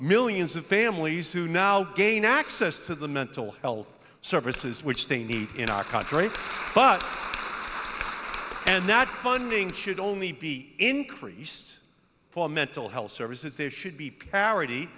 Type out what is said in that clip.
millions of families who now gain access to the mental health services which they need in our country but and that funding should only be increased for mental health services there should be parity